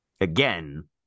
again